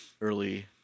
early